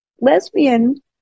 lesbian